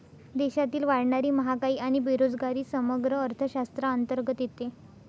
देशातील वाढणारी महागाई आणि बेरोजगारी समग्र अर्थशास्त्राअंतर्गत येते